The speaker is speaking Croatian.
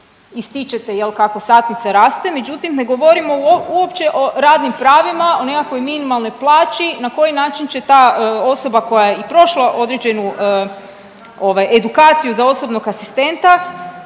Ističete jel' kako satnica raste. Međutim, ne govorimo uopće o radnim pravima, o nekakvoj minimalnoj plaći, na koji način će ta osoba koja je i prošla određenu edukaciju za osobnog asistenta